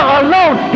alone